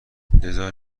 بزار